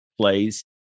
plays